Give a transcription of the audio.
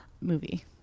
movie